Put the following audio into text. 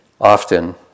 Often